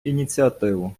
ініціативу